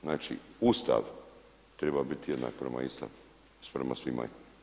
Znači Ustav treba biti jednak prema istome, prema svima.